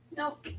Nope